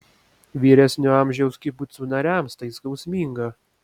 vyresnio amžiaus kibucų nariams tai skausminga